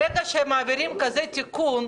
ברגע שמעבירים כזה תיקון,